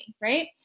right